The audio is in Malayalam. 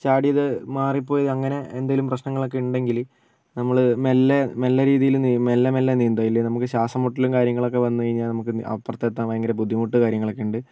ചാടിയത് മാറിപ്പോയി അങ്ങനെ എന്തേലും പ്രശ്നങ്ങളെക്കെ ഉണ്ടെങ്കിൽ നമ്മൾ മെല്ലെ നല്ല രീതിയിൽ മെല്ലെ മെല്ലെ നീന്തുക ഇല്ലേൽ നമുക്ക് ശ്വാസം മുട്ടലും കാര്യങ്ങളൊക്ക വന്ന് കഴിഞ്ഞാൽ നമുക്ക് അപ്പുറത്ത് എത്താൻ ഭയങ്കര ബുദ്ധിമുട്ട് കര്യങ്ങളെക്കെയുണ്ട്